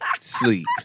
sleep